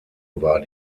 war